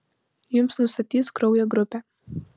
jums nustatys kraujo grupę